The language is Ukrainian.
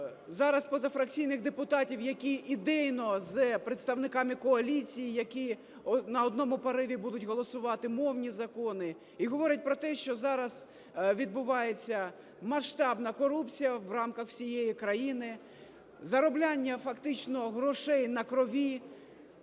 зараз позафракційних депутатів, які ідейно з представниками коаліції, які на одному пориві будуть голосувати мовні закони, і говорять про те, що зараз відбувається масштабна корупція в рамках всієї країни, заробляння фактично грошей на крові.